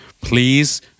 Please